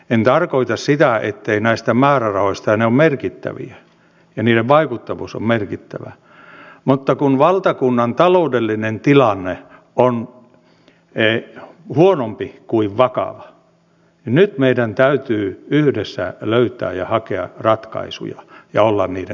en tarkoita sitä etteivätkö nämä määrärahat olisi merkittäviä ja niiden vaikuttavuus merkittävä mutta kun valtakunnan taloudellinen tilanne on huonompi kuin vakava niin nyt meidän täytyy yhdessä löytää ja hakea ratkaisuja ja olla niiden takana